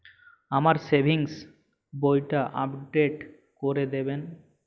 আমার সেভিংস বইটা আপডেট করে দেবেন?